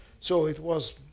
so it was,